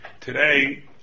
Today